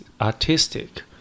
artistic